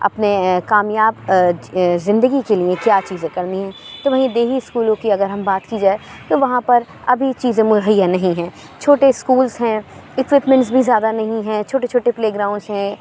اپنے کامیاب زندگی کے لیے کیا چیزیں کرنی ہیں تو میں یہ دیہی اسکولوں کی اگر ہم بات کی جائے تو وہاں پر ابھی یہ چیزیں مہیّا نہیں ہیں چھوٹے اسکولس ہیں ایکوپمنٹس بھی زیادہ نہیں ہیں چھوٹے چھوٹے پلے گراؤنڈس ہیں